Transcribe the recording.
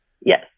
yes